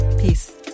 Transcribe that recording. Peace